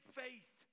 faith